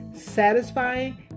satisfying